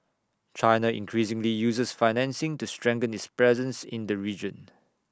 China increasingly uses financing to strengthen its presence in the region